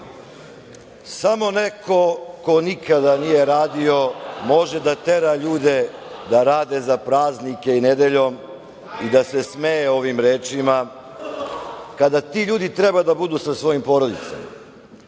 Samo ko nikada nije radio može da tera ljude da rade za praznike i nedeljom i da se smeju ovim rečima, kada ti ljudi treba da budu sa svojim porodicama.